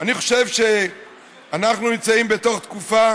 אני חושב שאנחנו נמצאים בתקופה